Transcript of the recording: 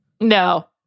No